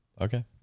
Okay